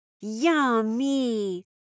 Yummy